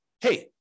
hey